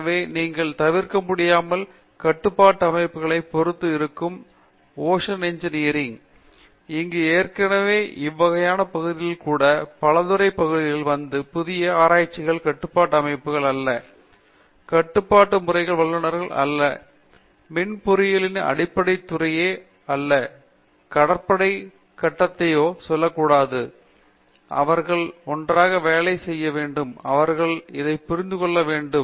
எனவே நீங்கள் தவிர்க்க முடியாமல் கட்டுப்பாட்டு அமைப்புகளை பொறுத்து இருக்கும் என்று ஓசான் இன்ஜினியரில் இந்த ஏற்கனவே இவ்வகையான பகுதியில் கூட பலதுறை பகுதிகளில் வந்து புதிய ஆராய்ச்சிக் கட்டுப்பாட்டு அமைப்புகள் அல்ல கட்டுப்பாட்டு முறை வல்லுநர்கள் அல்ல மின் பொறியியலின் அடிப்படைத் துறையோ அல்ல கடற்படை கட்டடத்தையோ சொல்லக்கூடாது அவர்கள் ஒன்றாக வேலை செய்ய வேண்டும் அவர்கள் இதை புரிந்து கொள்ள வேண்டும்